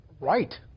right